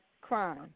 crime